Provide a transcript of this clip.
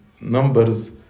Numbers